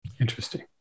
Interesting